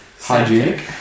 hygienic